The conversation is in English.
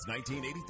1983